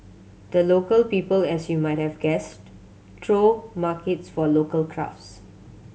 the Local People as you might have guessed throw markets for local crafts